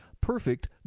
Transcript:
perfect